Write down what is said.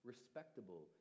Respectable